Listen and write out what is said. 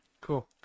Cool